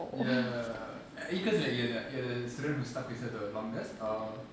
ya is it cause like you're the you're the student who stuck with her the longest or